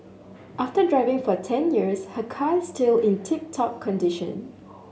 after driving for ten years her car is still in tip top condition